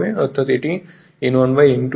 অর্থাৎ এটি N1N2 হয়